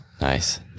Nice